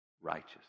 righteous